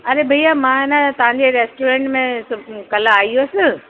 अड़े भैया मां न तव्हांजे रेस्टोरेंट में सुब कल्ह आई हुअसि